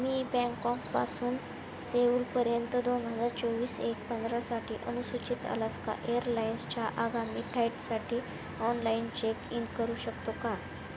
मी Bangkok पासून Seoul पर्यंत दोन हजार चोवीस एक पंधरासाठी अनुसूचित अलास्का एअरलाइन्सच्या आगामी फ्लाईट साठी ऑनलाइन चेक इन करू शकतो का